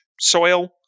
soil